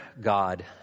God